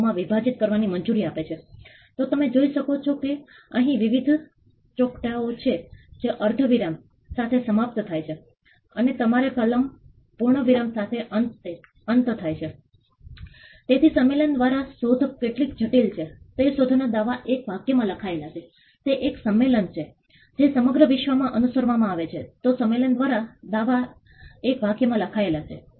ખેડુતો દ્વારા આ કેલેન્ડર અથવા સ્થાનિક રહેવાસીઓએ પોતાના દ્વારા વિકસિત કર્યું છે તેઓ હવામાન પરિવર્તનની અસરનું વર્ણન કરે છે તેઓ અનુભવે છે કે તેઓ સામાન્ય અને સ્થિર વાતાવરણમાં અથવા સામાન્ય નિયમિત કેલેન્ડરમાં અનુભવી શકે છે કે તેઓ મે થી સપ્ટેમ્બર વરસાદની શરૂઆત કરે છે અને ત્યારબાદ તેઓમાં ઓક્ટોબરમાં થોડો વરસાદ પડે છે અને ત્યારબાદ નવેમ્બરથી માર્ચ દરમિયાન તેમની આ સૂકી મોસમ હોય છે